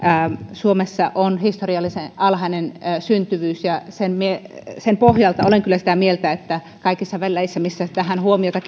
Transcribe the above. suomessa on historiallisen alhainen syntyvyys ja sen pohjalta olen kyllä sitä mieltä että on kyllä ihan aiheellista kaikissa väleissä tähän huomiota